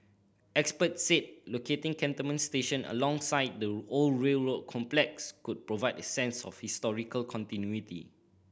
experts said locating Cantonment station alongside the old railway complex could provide a sense of historical continuity